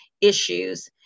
issues